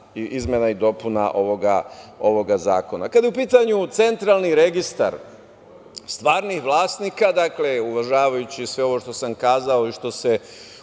izmena i dopuna ovog zakona. Kada je u pitanju Centralni registra stvarnih vlasnika, uvažavajući sve ovo što sam kazao i što se